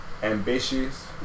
Ambitious